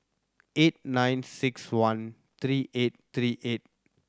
eight nine six one three eight three eight